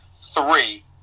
three